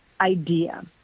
idea